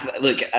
look